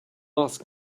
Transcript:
ask